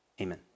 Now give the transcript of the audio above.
Amen